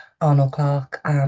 Arnold-Clark